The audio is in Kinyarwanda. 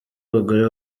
abagore